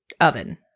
oven